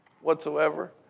whatsoever